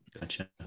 Gotcha